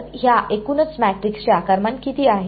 तर ह्या एकूणच मॅट्रिक्सचे आकारमान किती आहे